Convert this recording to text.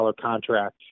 contract